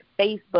Facebook